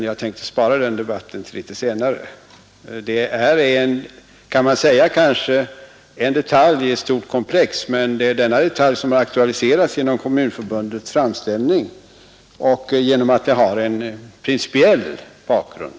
Jag tänkte dock spara debatten härom till ett något senare tillfälle. Vad vi nu diskuterar kan sägas vara en detalj i ett stort komplex, men det är en detalj som har aktualiserats genom Kommunförbundets framställning, bl.a. därför att den har en principiell bakgrund.